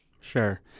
Sure